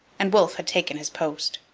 and wolfe had taken his post.